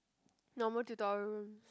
normal tutorial rooms